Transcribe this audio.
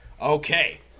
Okay